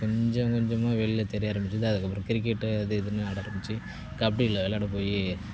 கொஞ்சம் கொஞ்சமாக வெளியில் தெரிய ஆரமித்தது அதுக்கு அப்புறம் கிரிக்கெட் அது இதுனு ஆட ஆரமித்த கபடியில் விளாட போய்